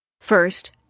First